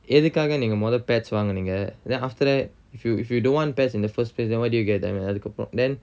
ya so my well I'm destination would probably probably as of now be a bali but when I grow up I'm definitely willing to try las because